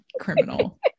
criminal